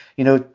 you know,